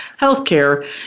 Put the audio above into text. healthcare